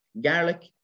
garlic